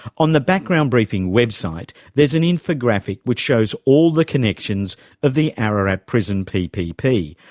on the background briefing website, there's an infographic which shows all the connections of the ararat prison ppp,